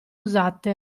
usate